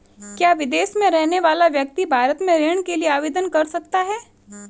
क्या विदेश में रहने वाला व्यक्ति भारत में ऋण के लिए आवेदन कर सकता है?